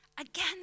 Again